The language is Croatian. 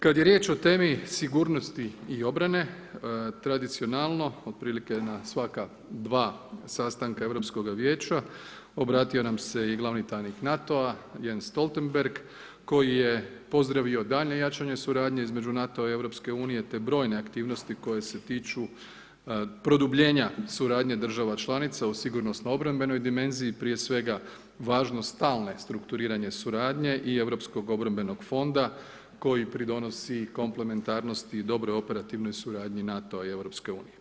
Kad je riječ o temi sigurnosti i obrane, tradicionalno otprilike na svaka 2 sastanka Europskoga vijeća obratio nam se i glavni tajnik NATO-a Jens Stoltenberg koji je pozdravio daljnje jačanje suradnje između NATO-a i Europske unije te brojne aktivnosti koje se tiču produbljenja suradnje država članica u sigurnosno-obrambenoj dimenziji prije svega važnost stalne strukturiranje suradnje i Europskog obrambenog fonda koji pridonosi komplementarnosti i dobroj operativnoj suradnji NATO-a i Europske unije.